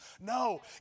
No